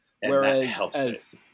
whereas